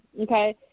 Okay